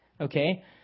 okay